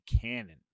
canon